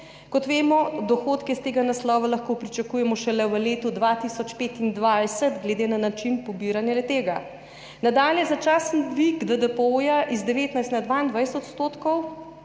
kot vemo, dohodke iz tega naslova lahko pričakujemo šele v letu 2025 glede na način pobiranja le-tega. Nadalje, začasen dvig DDPO iz 19 na 22 %,